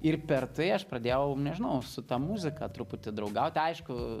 ir per tai aš pradėjau nežinau su ta muzika truputį draugauti aišku